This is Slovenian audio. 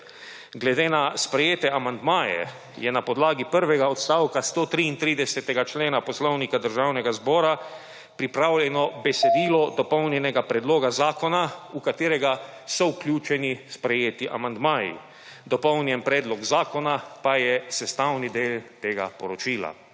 Glede na sprejete amandmaje je na podlagi prvega odstavka 133. člena Poslovnika Državnega zbora pripravljeno besedilo dopolnjenega predloga zakona, v katerega so vključeni sprejeti amandmaji. Dopolnjen predlog zakona pa je sestavni del tega poročila.